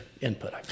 input